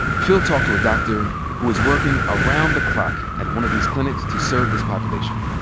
phil talked to a doctor who is working around the clock at one of these clinics to serve this population.